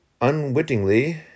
unwittingly